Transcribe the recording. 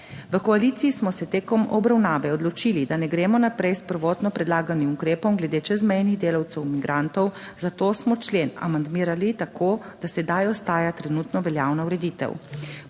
V koaliciji smo se tekom obravnave odločili, da ne gremo naprej s prvotno predlaganim ukrepom glede čezmejnih delavcev migrantov, zato smo člen amandmirali tako, da sedaj ostaja trenutno veljavna ureditev.